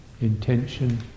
intention